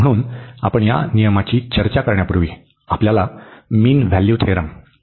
म्हणून आपण या नियमाची चर्चा करण्यापूर्वी आपल्याला मीन व्हॅल्यू थेरम आठवण्याची गरज आहे